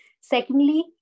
Secondly